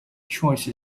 choice